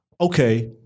okay